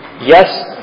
Yes